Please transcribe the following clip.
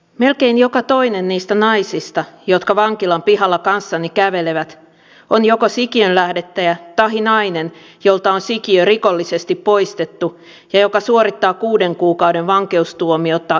melkein joka toinen niistä naisista jotka vankilan pihalla kanssani kävelevät on joko sikiönlähdettäjä tahi nainen jolta on sikiö rikollisesti poistettu ja joka suorittaa kuuden kuukauden vankeustuomiota vesileipäläisenä